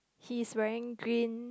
he is wearing green